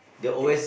I think